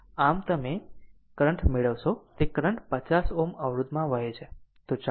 આમ તમે કરંટ મેળવશો અને તે કરંટ 50 Ω અવરોધમાં વહે છે